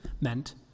meant